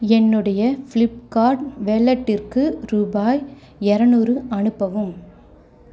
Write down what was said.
என்னுடைய ஃப்ளிப்கார்ட் வாலெட்டிற்க்கு ரூபாய் இரநூறு அனுப்பவும்